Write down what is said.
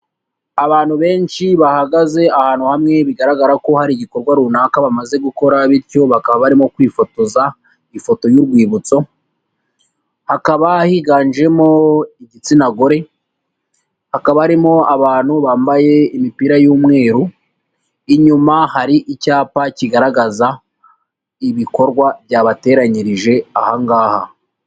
Abantu benshi bahagaze ahantu hamwe, bigaragara ko hari igikorwa runaka bamaze gukora bityo bakaba barimo kwifotoza ifoto y'urwibutso, hakaba higanjemo igitsina gore, hakaba harimo abantu bambaye imipira y'umweru, inyuma hari icyapa kigaragaza ibikorwa byabateranyirije aha ngaha.